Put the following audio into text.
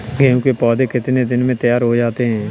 गेहूँ के पौधे कितने दिन में तैयार हो जाते हैं?